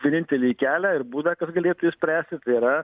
vienintelį kelią ir būdą kas galėtų išspręsti tai yra